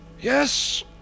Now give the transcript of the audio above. Yes